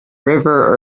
river